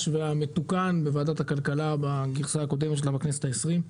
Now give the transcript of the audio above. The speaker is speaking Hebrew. והמתוקן בוועדת הכלכלה בגרסה הקודמת שלה בכנסת ה-20.